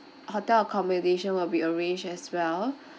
hotel accommodation will be arranged as well